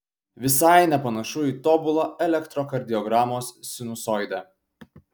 visai nepanašu į tobulą elektrokardiogramos sinusoidę